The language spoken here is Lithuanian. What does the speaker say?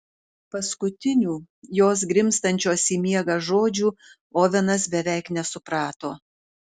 paskutinių jos grimztančios į miegą žodžių ovenas beveik nesuprato